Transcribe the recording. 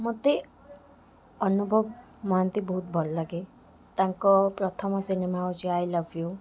ମତେ ଅନୁଭବ ମହାନ୍ତି ବହୁତ ଭଲ ଲାଗେ ତାଙ୍କ ପ୍ରଥମ ସିନେମା ହଉଛି ଆଇ ଲଭ ୟୁ